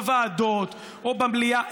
בוועדות או במליאה,